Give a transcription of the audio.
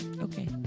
Okay